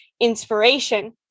inspiration